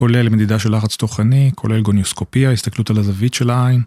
כולל מדידה של לחץ תוכני, כולל גוניוסקופיה, הסתכלות על הזווית של העין.